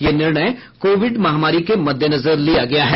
यह निर्णय कोविड महामारी के मददेनजर लिया गया है